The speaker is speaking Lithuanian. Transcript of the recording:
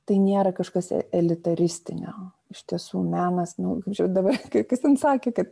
tai nėra kažkas elitaristinio iš tiesų menas nu kaip čia dabar kai kas ten sakė kad